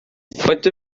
faint